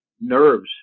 nerves